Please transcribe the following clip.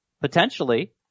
potentially